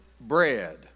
bread